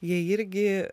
jie irgi